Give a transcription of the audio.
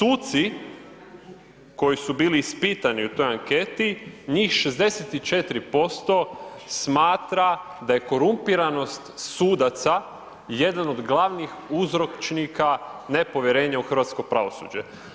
Suci koji su bili ispitani u toj anketi, njih 64% smatra da je korumpiranost sudaca jedan od glasnih uzročnika nepovjerenja u hrvatsko pravosuđe.